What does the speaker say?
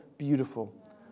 Beautiful